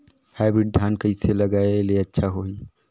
Hybrid धान कइसे लगाय ले अच्छा होही?